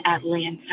Atlanta